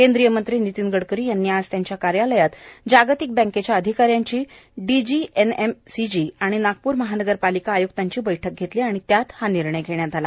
केंद्रीय मंत्री नितीन गडकरी यांनी आज त्यांच्या कार्यालयात जागतिक बँकेच्या अधिकाऱ्याची डीजी एनएमसीजी आणि नागपूर महानगरपालिका आयुक्तांची बैठक घेतली आणि त्यात हा निर्णय घेण्यात आला